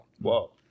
Whoa